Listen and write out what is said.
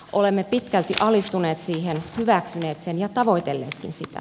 olemme pitkälti alistuneet siihen hyväksyneet sen ja tavoitelleetkin sitä